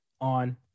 on